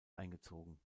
eingezogen